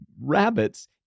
rabbits